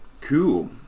Cool